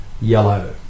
yellow